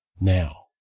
Now